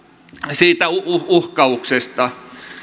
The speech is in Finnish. siitä uhkauksesta